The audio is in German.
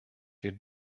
wir